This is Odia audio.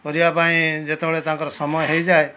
କରିବା ପାଇଁ ଯେତେବେଳେ ତାଙ୍କର ସମୟ ହୋଇଯାଏ